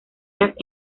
las